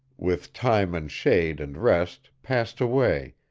with time and shade and rest passed away,